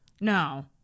No